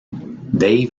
dave